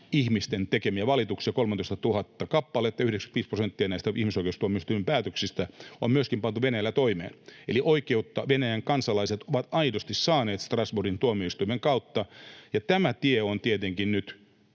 ihmisten tekemiä valituksia. 13 000 kappaletta, 95 prosenttia, näistä ihmisoikeustuomioistuimen päätöksistä on myöskin pantu Venäjällä toimeen, eli oikeutta Venäjän kansalaiset ovat aidosti saaneet Strasbourgin tuomioistuimen kautta, ja tämä tie on tietenkin nyt